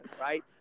right